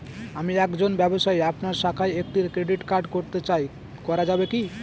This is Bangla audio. আমি একজন ব্যবসায়ী আপনার শাখায় একটি ক্রেডিট কার্ড করতে চাই করা যাবে কি?